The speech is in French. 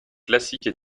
classique